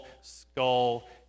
Skull